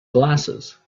glasses